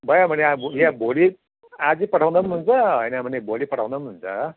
भयो भने आ या भोलि आजै पठाउँदा पनि हुन्छ होइन भने भोलि पठाउँदा पनि हुन्छ